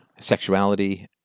Sexuality